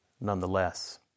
nonetheless